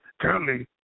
Currently